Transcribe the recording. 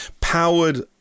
powered